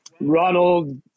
Ronald